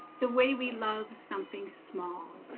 the way we love something small